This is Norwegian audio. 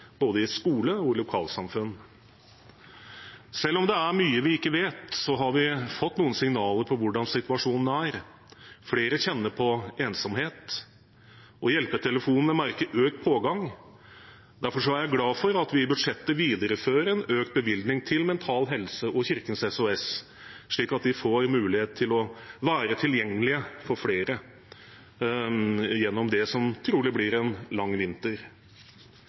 både i skole og i lokalsamfunn. Selv om det er mye vi ikke vet, har vi fått noen signaler på hvordan situasjonen er. Flere kjenner på ensomhet, og hjelpetelefonene merker økt pågang. Derfor er jeg glad for at vi i budsjettet viderefører en økt bevilgning til Mental Helse og Kirkens SOS, slik at de får mulighet til å være tilgjengelige for flere gjennom det som trolig blir en lang vinter.